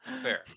Fair